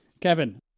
Kevin